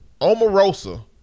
Omarosa